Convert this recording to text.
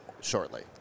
shortly